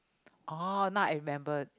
oh now I remember